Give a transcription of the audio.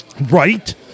Right